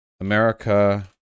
America